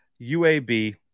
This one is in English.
uab